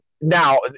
Now